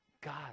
God